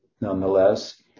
nonetheless